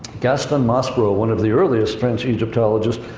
gaston maspero, one of the earliest french egyptologists,